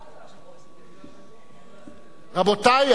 רבותי,